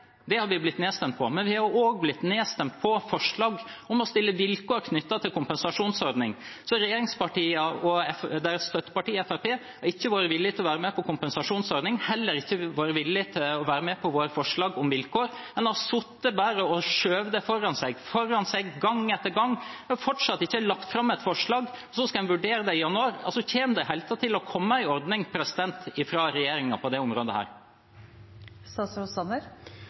Det har vi blitt nedstemt på, men vi har også blitt nedstemt på forslag om å stille vilkår knyttet til kompensasjonsordning. Så regjeringspartiene og deres støtteparti Fremskrittspartiet har ikke vært villige til å være med på kompensasjonsordning, og heller ikke vært villige til å være med på våre forslag om vilkår. En har bare sittet og skjøvet det foran seg, gang etter gang. Det er fortsatt ikke lagt fram et forslag – og så skal en vurdere det i januar. Altså: Kommer det i det hele tatt til å komme en ordning fra regjeringen på dette området?